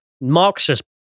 marxist